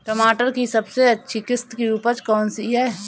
टमाटर की सबसे अच्छी किश्त की उपज कौन सी है?